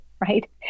right